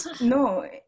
No